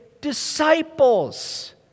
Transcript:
disciples